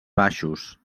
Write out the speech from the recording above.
baixos